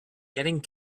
getting